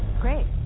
Great